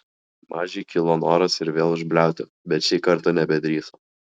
mažiui kilo noras ir vėl užbliauti bet šį kartą nebedrįso